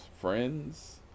friends